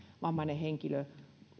vammainen henkilö